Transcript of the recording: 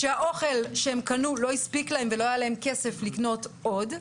שהאוכל שהם קנו לא הספיק להם ולא היה להם כסף לקנות עוד.